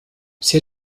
sie